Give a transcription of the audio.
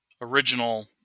original